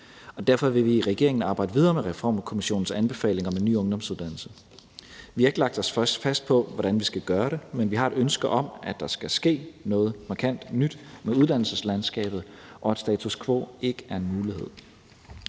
Derfor vil vi i regeringen arbejde videre med Reformkommissionens anbefalinger til en ny ungdomsuddannelse. Vi har ikke lagt os fast på, hvordan vi skal gøre det, men vi har et ønske om, at der skal ske noget markant nyt med uddannelseslandskabet, og at status quo ikke er en mulighed.